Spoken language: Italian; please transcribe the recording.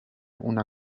una